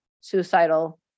suicidal